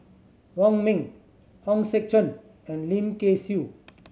Wong Ming Hong Sek Chern and Lim Kay Siu